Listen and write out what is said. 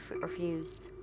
refused